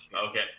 Okay